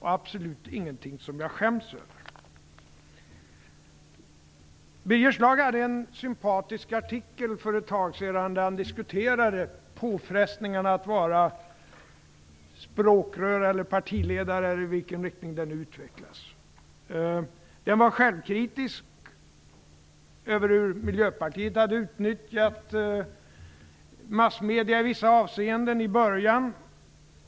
Det är absolut ingenting som jag skäms över. Birger Schlaug skrev en sympatisk artikel för ett tag sedan där han diskuterade påfrestningarna med att vara språkrör eller partiledare. Den var självkritisk över hur Miljöpartiet hade utnyttjat massmedierna i vissa avseenden i början.